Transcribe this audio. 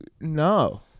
no